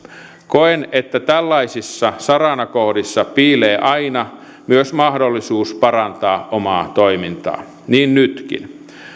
koen että tällaisissa saranakohdissa piilee aina myös mahdollisuus parantaa omaa toimintaa niin nytkin